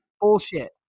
Bullshit